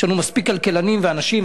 יש לנו מספיק כלכלנים ואנשים.